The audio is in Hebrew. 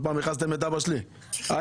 אני